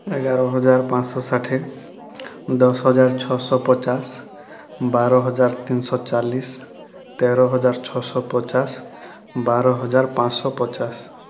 ଏଗାର ହଜାର ପାଞ୍ଚ ଶହ ଷାଠିଏ ଦଶ ହଜାର ଛଅ ଶହ ପଚାଶ ବାର ହଜାର ତିନି ଶହ ଚାଳିଶି ତେର ହଜାର ଛଅ ଶହ ପଚାଶ ବାର ହଜାର ପାଞ୍ଚ ଶହ ପଚାଶ